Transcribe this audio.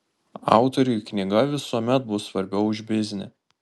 autoriui knyga visuomet bus svarbiau už biznį